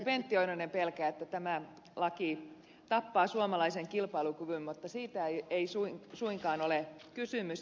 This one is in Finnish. pentti oinonen pelkää että tämä laki tappaa suomalaisen kilpailukyvyn mutta siitä ei suinkaan ole kysymys